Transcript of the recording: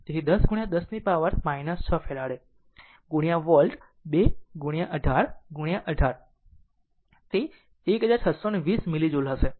તેથી 10 10 ની power 6 farad volt 2 18 18 તે 1620 મિલી જુલ હશે